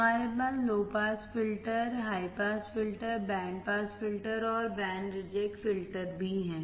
हमारे पास low pass filter high pass filter band pass filter और बैंड रिजेक्ट फिल्टर भी हैं